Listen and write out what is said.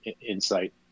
insight